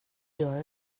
göra